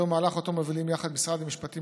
זהו מהלך שאותו מובילים יחד משרד המשפטים,